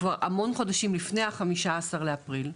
כבר המון חודשים לפני ה-15 באפריל,